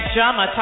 Drama